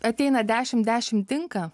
ateina dešim dešim tinka